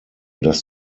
dass